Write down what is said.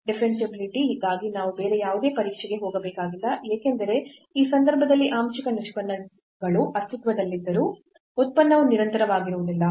differentiability ಗಾಗಿ ನಾವು ಬೇರೆ ಯಾವುದೇ ಪರೀಕ್ಷೆಗೆ ಹೋಗಬೇಕಾಗಿಲ್ಲ ಏಕೆಂದರೆ ಈ ಸಂದರ್ಭದಲ್ಲಿ ಆಂಶಿಕ ನಿಷ್ಪನ್ನಗಳು ಅಸ್ತಿತ್ವದಲ್ಲಿದ್ದರೂ ಉತ್ಪನ್ನವು ನಿರಂತರವಾಗಿರುವುದಿಲ್ಲ